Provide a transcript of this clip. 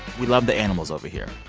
we love the animals over here.